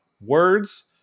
words